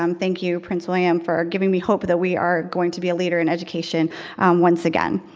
um thank you prince william for giving me hope that we are going to be a leader in education once again.